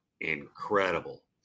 incredible